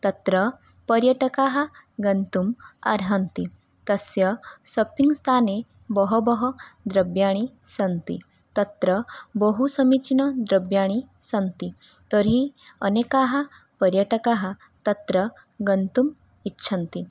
तत्र पर्यटकाः गन्तुम् अर्हन्ति तस्य सपिङ्ग् स्थाने बहवः द्रव्याणि सन्ति तत्र बहुसमाचीनद्रव्याणि सन्ति तर्हि अनेकाः पर्यटकाः तत्र गन्तुम् इच्छन्ति